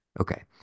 okay